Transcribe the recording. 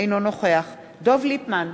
אינו נוכח דב ליפמן,